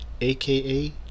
aka